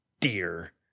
dear